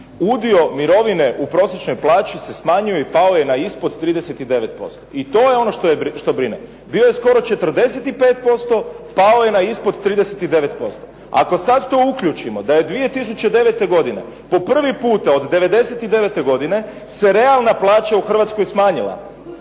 udio mirovine u prosječnoj plaći se smanjuje i pao je na ispod 39%. I to je ono što brine, bio je skoro 45%, pao je na ispod 39%. Ako sada to uključimo da je 2009. godine po prvi puta od 99. godine se realna plaća u Hrvatskoj smanjila.